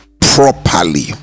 properly